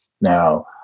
Now